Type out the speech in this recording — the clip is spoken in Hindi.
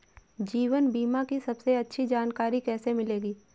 जीवन बीमा की सबसे अच्छी जानकारी कैसे मिलेगी?